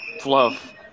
Fluff